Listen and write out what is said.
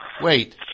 Wait